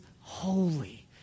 holy